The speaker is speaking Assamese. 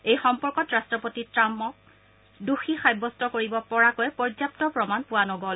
এই সম্পৰ্কত ৰাট্টপতি ট্ৰামক দোষী সাব্যস্ত কৰিব পৰাকৈ পৰ্যাপ্ত প্ৰমাণ পোৱা নগ'ল